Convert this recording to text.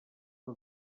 que